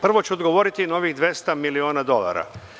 Prvo ću odgovoriti na ovih 200 miliona dolara.